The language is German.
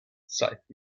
zeit